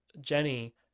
Jenny